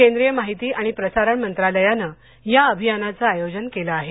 केंद्रीय माहिती आणि प्रसारण मंत्रालयानं या अभियानाचं आयोजन केलं आहे